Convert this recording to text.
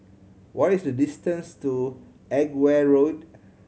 what is the distance to Edgware Road